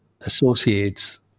associates